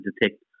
detect